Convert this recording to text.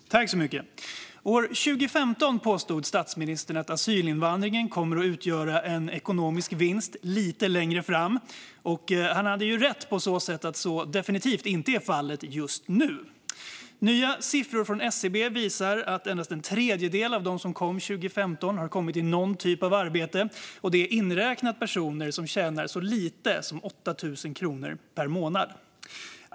Fru talman! År 2015 påstod statsministern att asylinvandringen kommer att utgöra en ekonomisk vinst lite längre fram. Han hade rätt på så sätt att det definitivt inte är fallet just nu. Nya siffror från SCB visar att endast en tredjedel av dem som kom 2015 har kommit i någon typ av arbete, också inräknat personer som tjänar så lite som 8 000 kronor per månad.